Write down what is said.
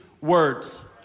words